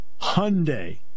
hyundai